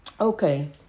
Okay